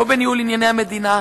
לא בניהול ענייני המדינה,